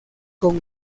con